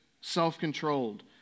self-controlled